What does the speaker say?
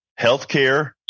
healthcare